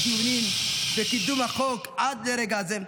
הדיונים וקידום החוק עד לרגע הזה,